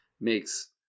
makes